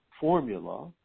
formula